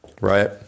Right